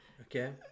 Okay